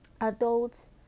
adults